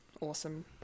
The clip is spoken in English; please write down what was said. awesome